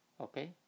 okay